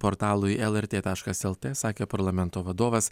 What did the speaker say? portalui lrt taškas lt sakė parlamento vadovas